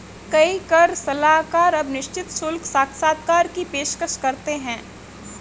कई कर सलाहकार अब निश्चित शुल्क साक्षात्कार की पेशकश करते हैं